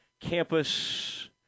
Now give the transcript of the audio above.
campus